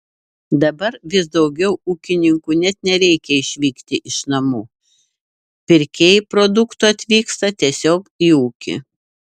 dabar vis daugiau ūkininkų net nereikia išvykti iš namų pirkėjai produktų atvyksta tiesiog į ūkį